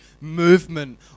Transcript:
movement